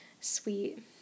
sweet